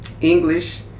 english